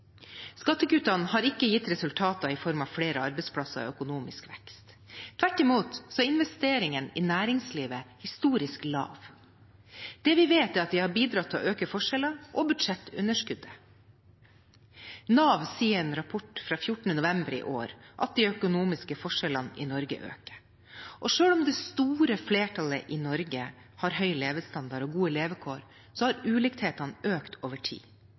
Skattekuttene har ikke gitt resultater i form av flere arbeidsplasser eller økonomisk vekst. Tvert imot er investeringen i næringslivet historisk lav. Det vi vet, er at det har bidratt til å øke forskjellene og budsjettunderskuddet. Nav sier i en rapport fra 14. november i år at de økonomiske forskjellene i Norge øker. Selv om det store flertallet i Norge har høy levestandard og gode levekår, har ulikhetene økt over tid.